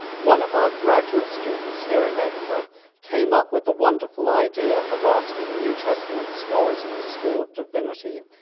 one of our graduate students here in edinburgh came up with the wonderful idea of asking new testament scholars in the school of divinity,